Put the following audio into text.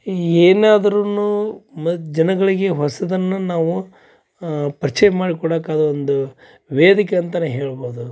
ಏನಾದರೂ ಮ ಜನಗಳಿಗೆ ಹೊಸದನ್ನು ನಾವು ಪರಿಚಯ ಮಾಡಿ ಕೊಡಕ್ಕೆ ಅದೊಂದು ವೇದಿಕೆ ಅಂತನೇ ಹೇಳ್ಬೋದು